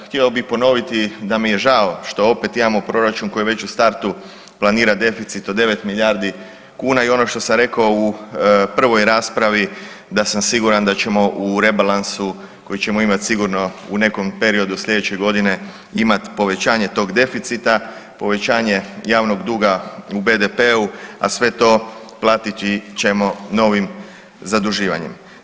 Htio bih ponoviti da mi je žao što opet imamo proračun koji već u startu planira deficit od 9 milijardi kuna i ono što sam rekao u prvoj raspravi da sam siguran da ćemo u rebalansu koji ćemo imati sigurno u nekom periodu sljedeće godine imati povećanje tog deficita, povećanje javnog duga u BDP-u, a sve to platit ćemo novim zaduživanjem.